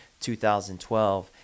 2012